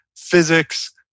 Physics